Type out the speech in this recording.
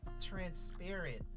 transparent